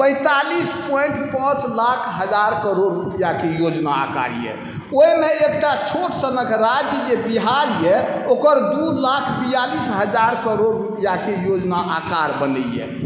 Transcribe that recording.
पैंतालिस पुवाइन्ट पाँच लाख हजार करोड़ रुपैआके योजना आकार यऽ ओहिमे एक टा छोट सन्हक राज्य जे बिहार यऽ ओकर दू लाख बियालिस हजार करोड़ रुपैआके योजना आकार बनैए